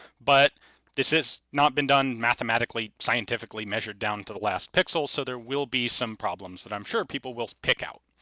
but this has not been done mathematically, scientifically measured down to the last pixel, so there will be some problems that i'm sure people will pick out.